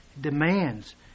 demands